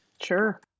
Sure